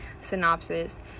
synopsis